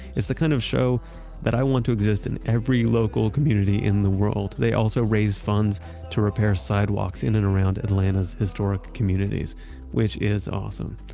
it's the kind of show that i want to exist in every local community in the world. they also raised funds to repair sidewalks in and around atlanta's historic communities which is awesome.